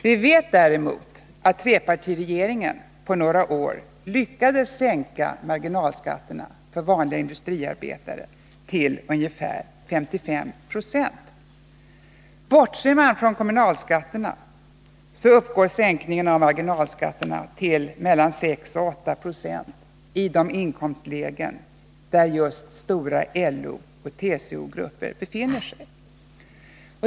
Vi vet däremot att trepartiregeringen på några år lyckades sänka marginalskatterna för vanliga inkomsttagare till ungefär 55 6. Bortser man från kommunalskatterna, uppgår sänkningen av marginalskatterna till mellan 6 och 8 26 i de inkomstlägen där stora LO och TCO-grupper befinner sig.